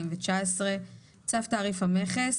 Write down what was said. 2019, "צו תעריף המכס"